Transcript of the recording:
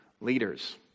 leaders